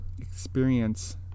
experience